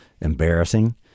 embarrassing